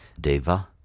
deva